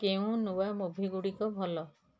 କେଉଁ ନୂଆ ମୁଭିଗୁଡ଼ିକ ଭଲ